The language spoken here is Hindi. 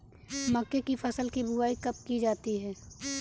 मक्के की फसल की बुआई कब की जाती है?